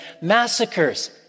massacres